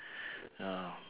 ya